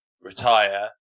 retire